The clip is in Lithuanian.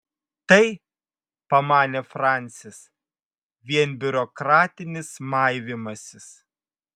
tai pamanė francis vien biurokratinis maivymasis